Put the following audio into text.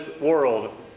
world